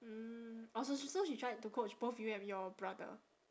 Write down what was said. mm orh so so she tried to coach both you and your brother